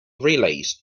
relays